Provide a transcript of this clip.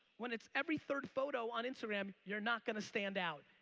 when it's every third photo on instagram you're not going to stand out.